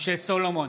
משה סולומון,